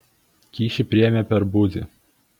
kyšį priėmė per buzį